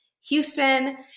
Houston